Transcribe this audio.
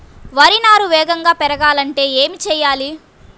వరి నారు వేగంగా పెరగాలంటే ఏమి చెయ్యాలి?